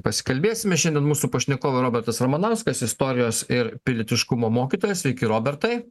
pasikalbėsime šiandien mūsų pašnekovai robertas ramanauskas istorijos ir pilietiškumo mokytojas sveiki robertai